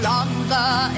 Longer